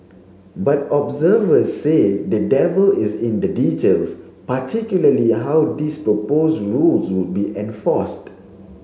but observers say the devil is in the details particularly how these proposed rules would be enforced